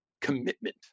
commitment